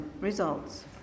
results